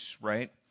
right